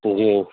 جی